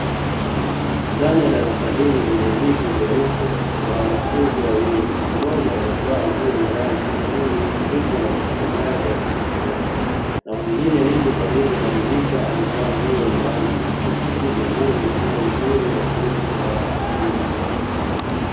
Ndnai ya darasa hili lenye viti vyeupe kuna wanafunzi wawili, mmoja amevaa nguo yenye rangi nyekundu yupo na vitabu vyake akijisomea, na mwingine yupo karibu na dirisha ameva nguo yenye rangi nyingine, hivyo huu ni mfumo mzuri wa elimu ya watu wazima.